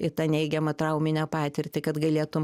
į tą neigiamą trauminę patirtį kad galėtum